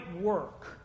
work